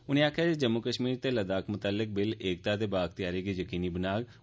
उनें आखेआ जे जम्मू कश्मीर ते लद्दाख मतल्लक बिल एकता ते बाअख्तियारी गी यकीनी बनाडन